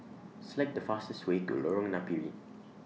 Select The fastest Way to Lorong Napiri